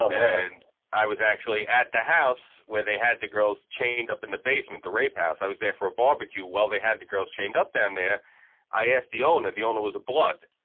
and i was actually at the house where they had the girls chained up in the basement the rape house i was there for a barbecue. well. they had the girls chained up down there i asked the owner the owner was a blood.